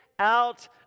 Out